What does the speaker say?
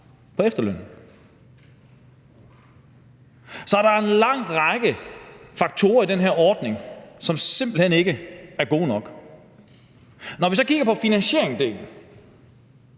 på efterløn. Så der er en lang række faktorer i den her ordning, som simpelt hen ikke er gode nok. Når vi så kigger på finansieringsdelen,